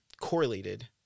correlated